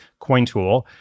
CoinTool